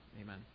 Amen